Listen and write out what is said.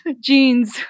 Jeans